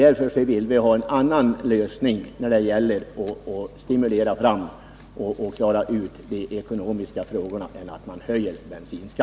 Därför vill vi ha en annan lösning än höjning av bensinskatten när det gäller att klara de ekonomiska frågorna.